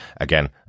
again